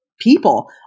people